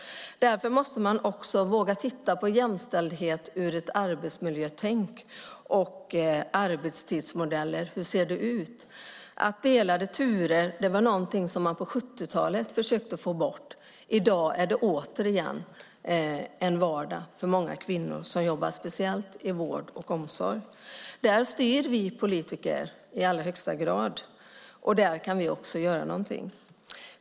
Därför måste man också våga se på jämställdhet ur ett arbetsmiljöperspektiv och se på arbetstidsmodellerna. Delade turer var något som man på 70-talet försökte få bort. I dag är det återigen vardag för många kvinnor, speciellt inom vård och omsorg. Där styr vi politiker, och där kan vi också göra något.